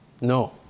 No